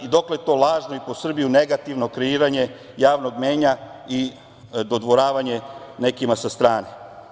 Dokle to lažno i po Srbiju negativno kreiranje javnog mnjenja i dodvoravanje nekima sa strane?